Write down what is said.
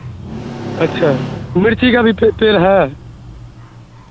اچھا مرچی کا بھی پیڑ ہے